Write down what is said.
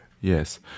yes